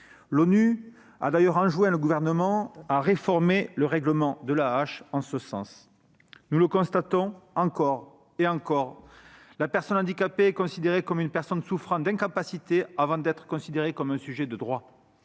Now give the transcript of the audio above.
L'ONU invite d'ailleurs le Gouvernement à réformer le règlement de l'AAH en ce sens. Nous le constatons encore et encore, la personne handicapée est considérée comme une personne souffrant d'incapacités avant d'être considérée comme un sujet de droit.